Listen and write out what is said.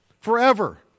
forever